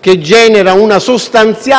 che genera una sostanziale immunità per giustificare azioni simili o addirittura peggiori.